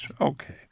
okay